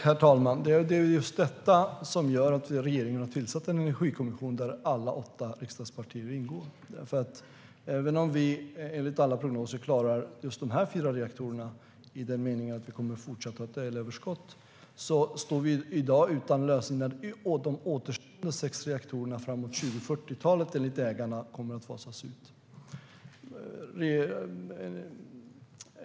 Herr talman! Det är just detta som gjort att regeringen har tillsatt en energikommission där alla åtta riksdagspartier ingår. Även om vi enligt alla prognoser klarar de fyra reaktorerna i den meningen att vi kommer att fortsätta att ha ett elöverskott står vi i dag utan en lösning för de återstående sex reaktorerna, som enligt ägarna kommer att fasas ut framåt 2040-talet.